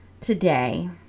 today